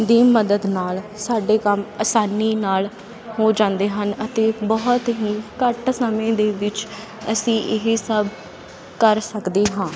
ਦੀ ਮਦਦ ਨਾਲ ਸਾਡੇ ਕੰਮ ਆਸਾਨੀ ਨਾਲ ਹੋ ਜਾਂਦੇ ਹਨ ਅਤੇ ਬਹੁਤ ਹੀ ਘੱਟ ਸਮੇਂ ਦੇ ਵਿੱਚ ਅਸੀਂ ਇਹ ਸਭ ਕਰ ਸਕਦੇ ਹਾਂ